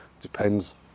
Depends